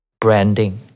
branding